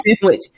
sandwich